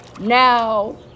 Now